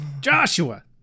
Joshua